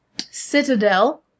Citadel